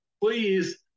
please